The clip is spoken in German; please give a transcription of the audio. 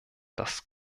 das